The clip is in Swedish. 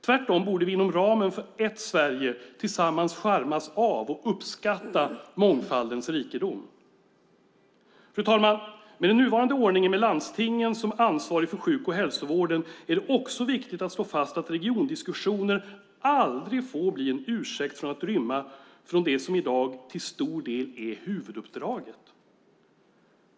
Tvärtom borde vi inom ramen för ett Sverige tillsammans charmas av och uppskatta mångfaldens rikedom. Med den nuvarande ordningen med landstingen som ansvariga för sjuk och hälsovården är det också viktigt att slå fast att regiondiskussioner aldrig får bli en ursäkt för att rymma från det som i dag till stor del är huvuduppdraget.